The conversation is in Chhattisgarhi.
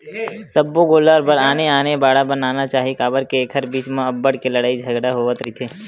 सब्बो गोल्लर बर आने आने बाड़ा बनाना चाही काबर के एखर बीच म अब्बड़ के लड़ई झगरा होवत रहिथे